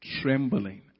trembling